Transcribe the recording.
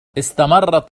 استمرت